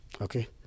okay